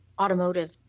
automotive